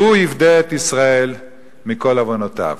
והוא יפדה את ישראל מכל עונֹתיו".